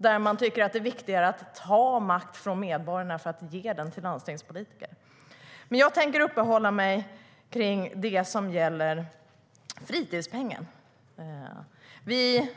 Där tycker man att det är viktigt att ta makt från medborgarna för att ge den till landstingspolitiker. Jag tänker uppehålla mig vid fritidspengen. Alla vi